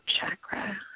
chakra